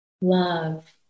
love